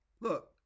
look